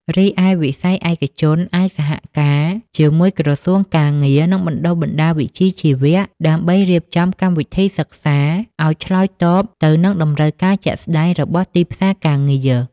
រីឯវិស័យឯកជនអាចសហការជាមួយក្រសួងការងារ និងបណ្ដុះបណ្ដាលវិជ្ជាជីវៈដើម្បីរៀបចំ កម្មវិធីសិក្សា ឱ្យឆ្លើយតបទៅនឹងតម្រូវការជាក់ស្តែងរបស់ទីផ្សារការងារ។